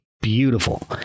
beautiful